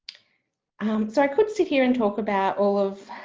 um so i could sit here and talk about all of